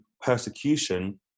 persecution